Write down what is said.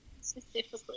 specifically